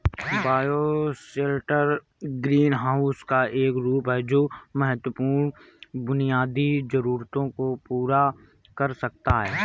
bioshelter greenhouse का एक रूप है जो महत्वपूर्ण बुनियादी जरूरतों को पूरा कर सकता है